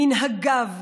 מנהגיו,